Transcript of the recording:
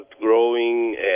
growing